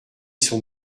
son